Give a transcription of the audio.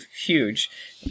huge